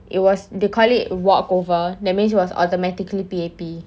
it was they call it walk over that means it was automatically P_A_P